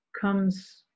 Comes